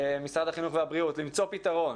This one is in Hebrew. משרד החינוך, והבריאות, למצוא פתרון.